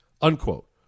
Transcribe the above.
unquote